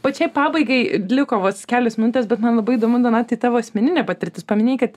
pačiai pabaigai liko vos kelios minutės bet man labai įdomu donatai tavo asmeninė patirtis paminėjai kad